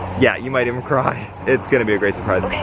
yeah you might even cry. it's gonna be a great surprise.